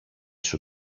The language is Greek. σου